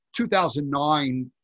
2009